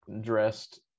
dressed